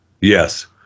Yes